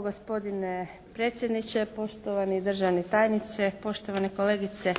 gospodine predsjedniče, poštovani državni tajniče, poštovane kolegice